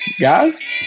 guys